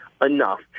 enough